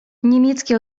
niemiecki